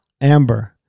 Amber